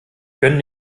können